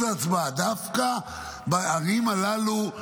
ואחוז ההצבעה, דווקא בימים הללו.